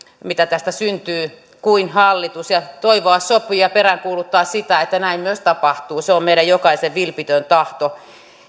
mitä tästä syntyy kuin hallitus toivoa sopii ja peräänkuuluttaa sitä että näin myös tapahtuu se on meidän jokaisen vilpitön tahto